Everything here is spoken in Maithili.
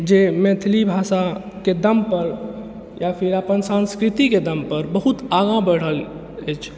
जे मैथिली भाषाके दमपर या फिर अपन संस्कृतिके दमपर बहुत आगाँ बढ़ल अछि